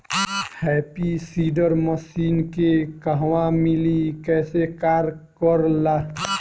Happy seeder machine के कहवा मिली कैसे कार कर ला?